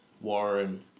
Warren